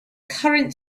current